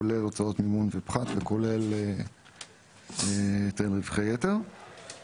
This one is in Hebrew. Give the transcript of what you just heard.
כולל הוצאות מימון ופחת וכולל היטל רווחי יתר,